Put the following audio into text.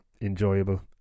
enjoyable